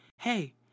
Hey